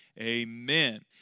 Amen